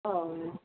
ம்